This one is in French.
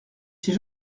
ces